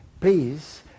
please